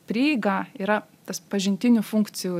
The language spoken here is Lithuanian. prieiga yra tas pažintinių funkcijų